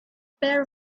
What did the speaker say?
pair